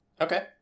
Okay